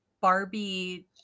Barbie